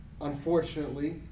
unfortunately